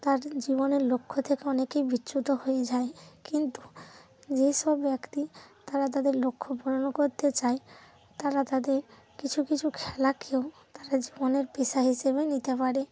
তার জীবনের লক্ষ্য থেকে অনেকেই বিচ্যুত হয়ে যায় কিন্তু যেইসব ব্যক্তি তারা তাদের লক্ষ্য পূরণ করতে চায় তারা তাদের কিছু কিছু খেলাকেও তারা জীবনের পেশা হিসেবে নিতে পারে